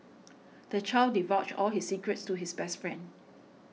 the child divulged all his secrets to his best friend